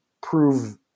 prove